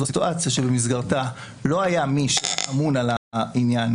זו סיטואציה במסגרתה לא היה מי שאמון על העניין.